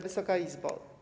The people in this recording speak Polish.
Wysoka Izbo!